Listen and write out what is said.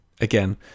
again